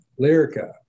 Lyrica